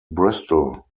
bristol